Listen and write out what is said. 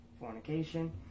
fornication